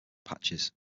patches